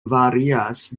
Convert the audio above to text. varias